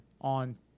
on